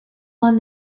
won